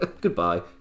Goodbye